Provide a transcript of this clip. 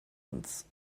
uns